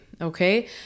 okay